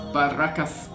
Barracas